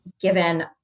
given